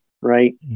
right